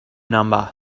number